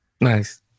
Nice